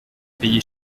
payer